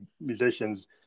musicians